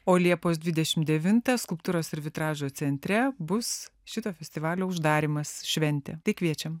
o liepos dvidešimt devintąją skulptūros ir vitražo centre bus šito festivalio uždarymas šventė tai kviečiam